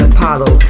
Apollo